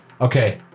Okay